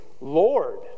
Lord